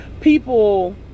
people